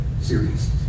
series